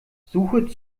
suche